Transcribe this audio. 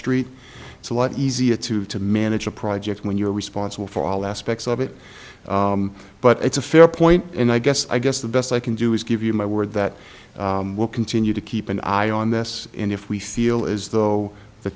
street it's a lot easier to to manage a project when you're responsible for all aspects of it but it's a fair point and i guess i guess the best i can do is give you my word that we'll continue to keep an eye on this and if we feel as though the